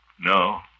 No